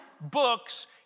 books